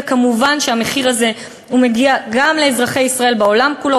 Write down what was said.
ומובן שהמחיר הזה מגיע גם לאזרחי ישראל בעולם כולו,